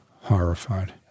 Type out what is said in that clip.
Horrified